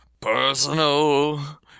personal